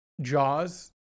Jaws